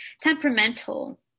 temperamental